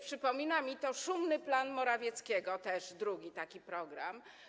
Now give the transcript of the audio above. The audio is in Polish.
Przypomina mi to szumny plan Morawieckiego, drugi taki program.